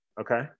okay